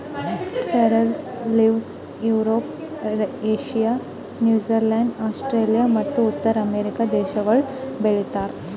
sorrel leaves Europe, Asia, New Zealand, Australia ಮತ್ತ ಉತ್ತರ America ದೇಶಗೊಳ್ ಬೆ ಳಿತಾರ್